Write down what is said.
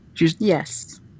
Yes